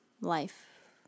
life